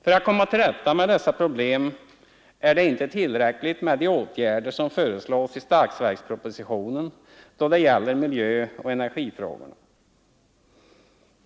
För att komma till rätta med dessa problem är det inte tillräckligt med de åtgärder som föreslås i statsverkspropositionen då det gäller miljöoch energifrågorna.